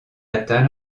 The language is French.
atteint